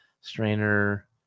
strainer